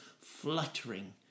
fluttering